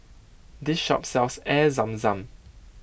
this shop sells Air Zam Zam